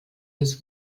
des